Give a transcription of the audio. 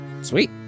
Sweet